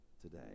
today